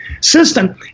system